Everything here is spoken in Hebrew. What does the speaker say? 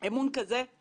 מבחינתנו ככנסת.